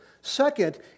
Second